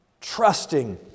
Trusting